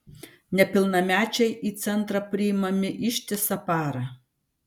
nepilnamečiai į centrą priimami ištisą parą